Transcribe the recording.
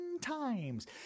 times